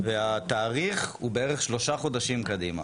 והתאריך הוא בערך שלושה חודשים קדימה.